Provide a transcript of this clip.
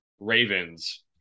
Ravens